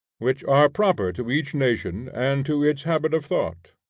which are proper to each nation and to its habit of thought,